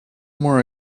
more